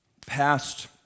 past